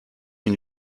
une